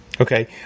Okay